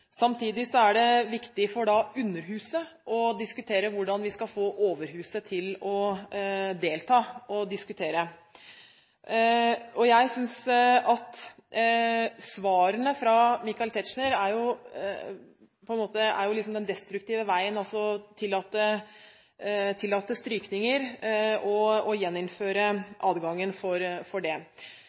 Samtidig er det da viktig for underhuset å diskutere hvordan vi skal få overhuset til å delta og diskutere. Jeg synes at svarene fra Michael Tetzschner er, på en måte, den destruktive veien – å tillate strykninger, å gjeninnføre adgangen til det. Jeg er uenig i det.